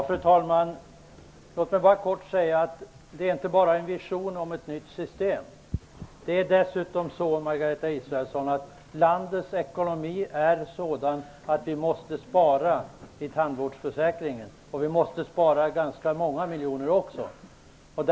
Fru talman! Låt mig kort säga att det inte bara är fråga om en vision om ett nytt system. Landets ekonomi, Margareta Israelsson, är sådan att vi måste spara ganska många miljoner i tandvårdsförsäkringen.